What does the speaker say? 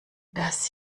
das